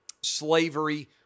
slavery